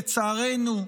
לצערנו,